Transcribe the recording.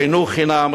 חינוך חינם,